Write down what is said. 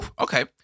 okay